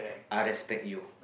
I respect you